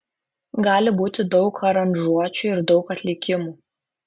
gali būti daug aranžuočių ir daug atlikimų